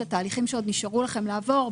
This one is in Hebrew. תתייחסו לתהליכים שעוד נשאר לכם לעבור.